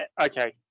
Okay